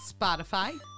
Spotify